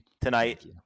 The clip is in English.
tonight